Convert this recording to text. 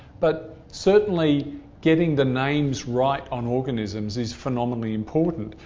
but certainly getting the names right on organisms is phenomenally important,